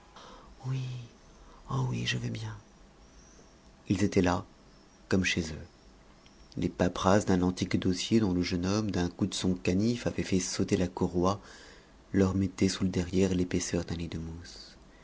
oui oh oui je veux bien ils étaient là comme chez eux les paperasses d'un antique dossier dont le jeune homme d'un coup de son canif avait fait sauter la courroie leur mettaient sous le derrière l'épaisseur d'un lit de mousse